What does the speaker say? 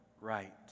right